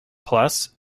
plus